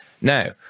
Now